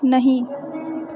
नहि